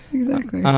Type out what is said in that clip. exactly.